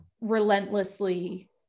relentlessly